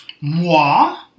Moi